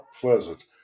Pleasant